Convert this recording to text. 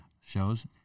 shows